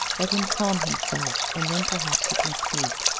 let him calm himself, and then perhaps he can speak.